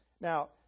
now